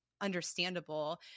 understandable